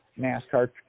NASCAR